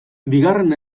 bigarren